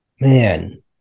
Man